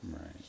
Right